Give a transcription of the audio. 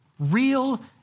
Real